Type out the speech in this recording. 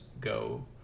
go